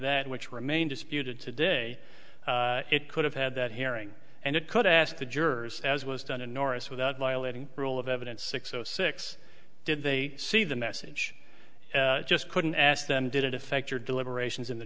that which remain disputed today it could have had that hearing and it could ask the jurors as was done in norris without violating rule of evidence six zero six did they see the message just couldn't ask them did it affect your deliberations in the